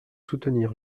soutenir